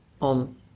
on